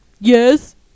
yes